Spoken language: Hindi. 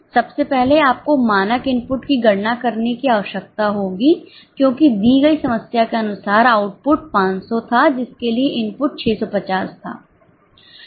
सबसे पहले आपको मानक इनपुट की गणना करने की आवश्यकता होगी क्योंकि दी गई समस्या के अनुसार आउटपुट 500 था जिसके लिए इनपुट 650 था